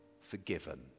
forgiven